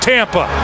Tampa